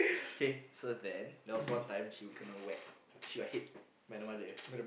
k so then there was one time she kena whack she got hit by the mother